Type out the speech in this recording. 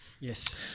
Yes